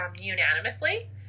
unanimously